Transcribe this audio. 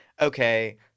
okay